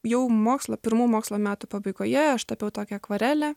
jau mokslo pirmų mokslo metų pabaigoje aš tapiau tokią akvarelę